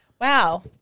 Wow